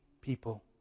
people